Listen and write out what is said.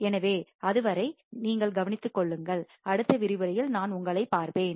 எனவே அதுவரை நீங்கள் கவனித்துக் கொள்ளுங்கள் அடுத்த விரிவுரையில் நான் உங்களைப் பார்ப்பேன்